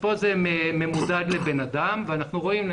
כאן זה ממוצע לבן אדם ואנחנו רואים.